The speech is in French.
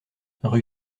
rue